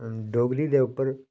डोगरी दे उप्पर